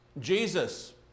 Jesus